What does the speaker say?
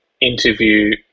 interview